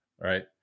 Right